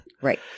right